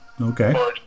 Okay